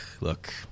look